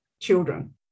children